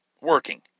working